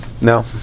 No